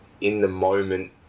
in-the-moment